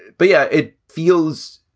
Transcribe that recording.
but yeah, it feels.